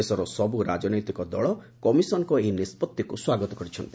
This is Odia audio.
ଦେଶର ସବୁ ରାଜନୈତିକ ଦଳ କମିଶନଙ୍କ ଏହି ନିଷ୍ପଭିକୁ ସ୍ୱାଗତ କରିଛନ୍ତି